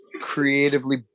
creatively